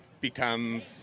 becomes